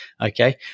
okay